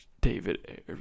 David